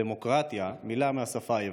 דמוקרטיה, מילה מהשפה היוונית: